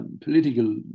political